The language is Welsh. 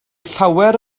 llawer